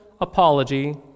apology